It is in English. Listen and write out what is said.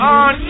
on